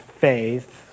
faith